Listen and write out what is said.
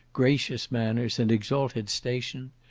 gracious manners, and exalted station,